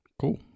cool